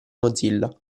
mozilla